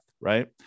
right